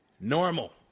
normal